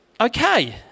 okay